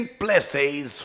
places